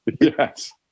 Yes